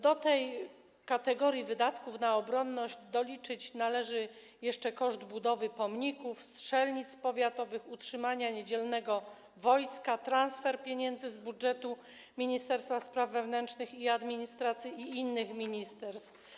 Do tej kategorii wydatków na obronność doliczyć należy jeszcze koszt budowy pomników, strzelnic powiatowych, utrzymania niedzielnego wojska, transfer pieniędzy z budżetu Ministerstwa Spraw Wewnętrznych i Administracji i innych ministerstw.